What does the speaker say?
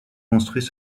construits